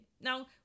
Now